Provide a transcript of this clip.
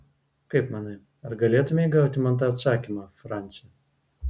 kaip manai ar galėtumei gauti man tą atsakymą franci